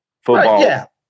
football